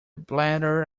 bladder